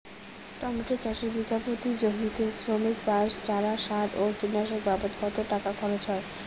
Tomato চাষে বিঘা প্রতি জমিতে শ্রমিক, বাঁশ, চারা, সার ও কীটনাশক বাবদ কত টাকা খরচ হয়?